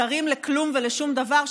שרים לכלום ולשום דבר,